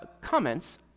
comments